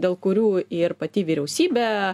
dėl kurių ir pati vyriausybė